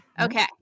okay